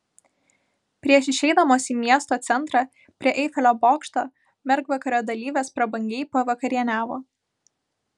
prieš išeidamos į miesto centrą prie eifelio bokšto mergvakario dalyvės prabangiai pavakarieniavo